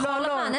שחור לבן.